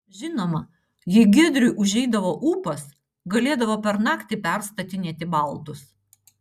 žinoma jei giedriui užeidavo ūpas galėdavo per naktį perstatinėti baldus